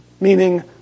meaning